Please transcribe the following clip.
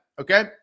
okay